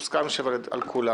זה מוסכם על כולם.